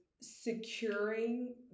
securing